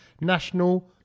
National